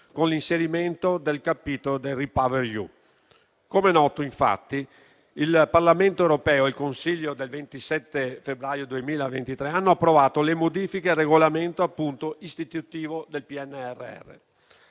con l'inserimento del capitolo del REPowerEU. Come noto, infatti, il Parlamento europeo e il Consiglio del 27 febbraio 2023 hanno approvato le modifiche al regolamento istitutivo del PNRR.